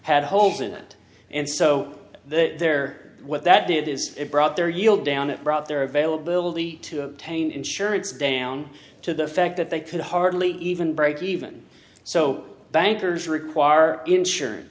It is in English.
had holes in it and so there what that did is it brought their yield down it brought their availability to obtain insurance down to the fact that they could hardly even breakeven so bankers require insurance